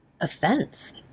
offense